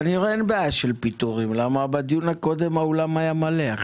כנראה אין בעיה של פיטורים כי בדיון הקודם האולם היה מלא.